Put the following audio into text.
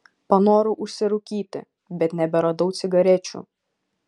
panorau užsirūkyti bet neberadau cigarečių